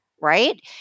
right